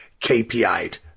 KPI'd